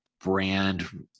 brand